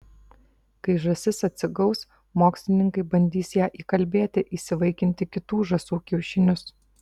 kai žąsis atsigaus mokslininkai bandys ją įkalbėti įsivaikinti kitų žąsų kiaušinius